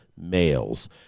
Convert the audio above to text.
males